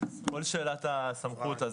לכל שאלת הסמכות: